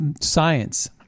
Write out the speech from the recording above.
science